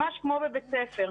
ממש כמו בבית ספר,